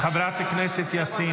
חבר הכנסת יאסר